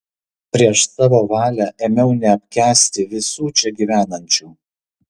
prieš savo valią ėmiau neapkęsti visų čia gyvenančių